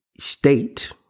State